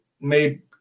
made